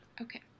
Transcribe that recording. Okay